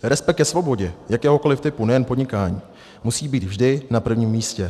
Respekt ke svobodě jakéhokoli typu, nejen podnikání, musí být vždy na prvním místě.